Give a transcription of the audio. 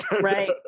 Right